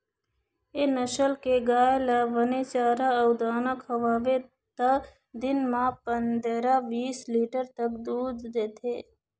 ए नसल के गाय ल बने चारा अउ दाना खवाबे त दिन म पंदरा, बीस लीटर तक दूद देथे